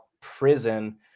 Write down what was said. prison